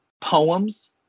poems